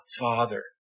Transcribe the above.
Father